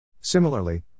Similarly